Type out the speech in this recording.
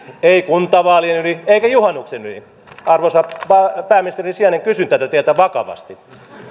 ei kuntavaalien yli eikä juhannuksen yli arvoisa pääministerin sijainen kysyn tätä teiltä vakavasti pääministerin